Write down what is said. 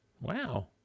Wow